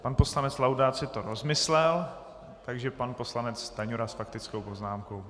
Pan poslanec Laudát si to rozmyslel, takže pan poslanec Stanjura s faktickou poznámkou.